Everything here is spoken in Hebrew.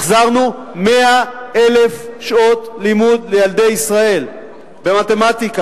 החזרנו 100,000 שעות לימוד לילדי ישראל במתמטיקה,